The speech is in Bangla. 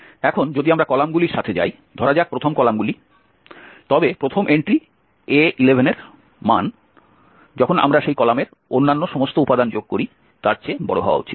এখন যদি আমরা কলামগুলির সাথে যাই ধরা যাক প্রথম কলামগুলি তবে প্রথম এন্ট্রি a11এর মান যখন আমরা সেই কলামের অন্যান্য সমস্ত উপাদান যোগ করি তার চেয়ে বড় হওয়া উচিত